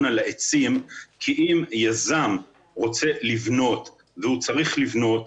על העצים כי אם יזם רוצה לבנות והוא צריך לבנות,